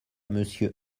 monsieur